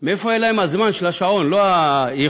מאיפה היה להם הזמן, של השעון, לא היכולת,